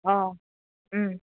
অঁ